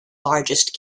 largest